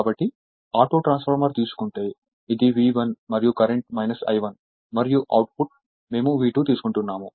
కాబట్టి auto transformer తీసుకుంటే ఇది V1 మరియు కరెంట్ I1 మరియు అవుట్పుట్ మేము V2 తీసుకుంటున్నాము